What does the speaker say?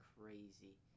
crazy